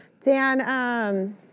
Dan